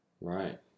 right